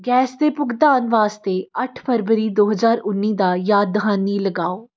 gas ਦੇ ਭੁਗਤਾਨ ਵਾਸਤੇ ਅੱਠ ਫ਼ਰਵਰੀ ਦੋ ਹਜ਼ਾਰ ਉੱਨੀ ਦਾ ਯਾਦਹਾਨੀ ਲਗਾਓ